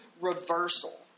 reversal